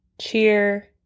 cheer